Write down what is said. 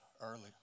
early